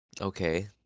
Okay